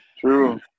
True